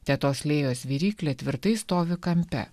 tetos lėjos viryklė tvirtai stovi kampe